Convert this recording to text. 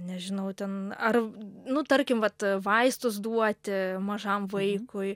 nežinau ten ar nu tarkim vat vaistus duoti mažam vaikui